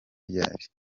ryari